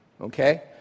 Okay